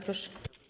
Proszę.